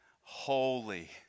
holy